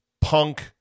punk